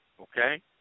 Okay